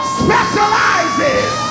specializes